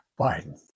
Biden